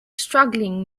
struggling